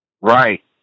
Right